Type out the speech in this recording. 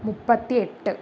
മുപ്പത്തി എട്ട്